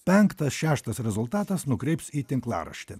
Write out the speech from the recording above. penktas šeštas rezultatas nukreips į tinklaraštį